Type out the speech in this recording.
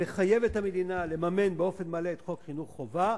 מחייב את המדינה לממן באופן מלא את חוק חינוך חובה,